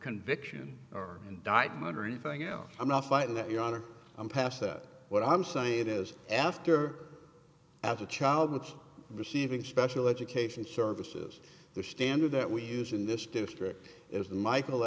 conviction or indictment or anything else i'm not fighting that your honor i'm past that what i'm saying it is after as a child which receiving special education services the standard that we use in this district is michael